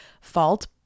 fault